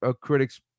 critics